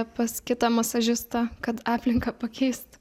pas kitą masažistą kad aplinką pakeist